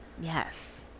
Yes